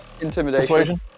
Intimidation